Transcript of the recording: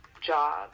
job